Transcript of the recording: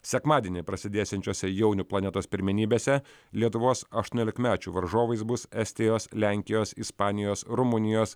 sekmadienį prasidėsiančiose jaunių planetos pirmenybėse lietuvos aštuoniolikmečių varžovais bus estijos lenkijos ispanijos rumunijos